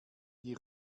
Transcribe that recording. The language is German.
die